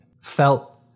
felt